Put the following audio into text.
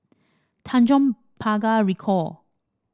Tanjong Pagar Ricoh